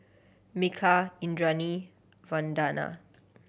Milkha Indranee Vandana